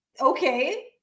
Okay